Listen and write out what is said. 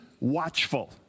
watchful